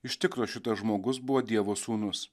iš tikro šitas žmogus buvo dievo sūnus